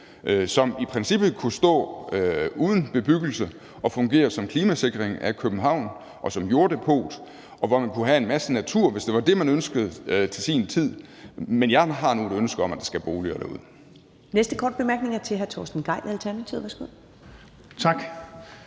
som i princippet kunne stå uden bebyggelse og fungere som klimasikring af København og som jorddepot, og hvor man kunne have en masse natur, hvis det var det, man til sin tid ønskede. Men jeg har nu et ønske om, at der skal boliger derud.